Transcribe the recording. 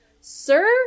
sir